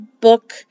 book